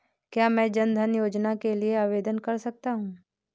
क्या मैं जन धन योजना के लिए आवेदन कर सकता हूँ?